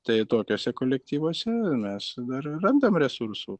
tai tokiuose kolektyvuose mes dar randam resursų